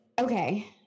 Okay